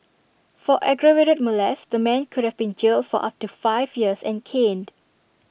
for aggravated molest the man could have been jailed for up to five years and caned